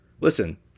Listen